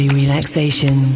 relaxation